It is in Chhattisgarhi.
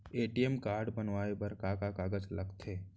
ए.टी.एम कारड बनवाये बर का का कागज लगथे?